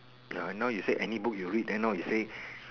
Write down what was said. now you say any book you read then now you say